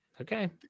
Okay